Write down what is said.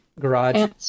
garage